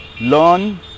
Learn